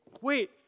Wait